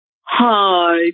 Hi